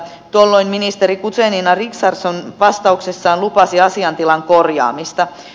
tuolloin ministeri guzenina richardson vastauksessaan lupasi asiantilan korjaamista